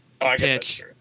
pitch